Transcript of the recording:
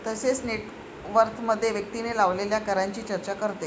तसेच नेट वर्थमध्ये व्यक्तीने लावलेल्या करांची चर्चा करते